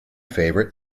favorite